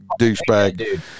douchebag